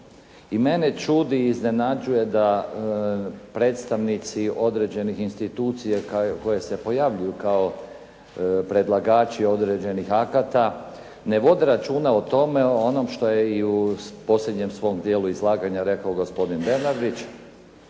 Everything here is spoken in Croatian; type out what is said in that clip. I mene čudi i iznenađuje da predstavnici određenih institucija koje se pojavljuju kao predlagači određenih akata ne vode računa o tome o onom što je i u posljednjem svom djelu izlaganja rekao gospodin Bernardić